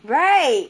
right